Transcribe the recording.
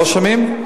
לא שומעים כלום.